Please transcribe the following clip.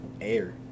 air